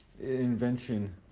invention